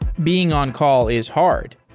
being on-call is hard,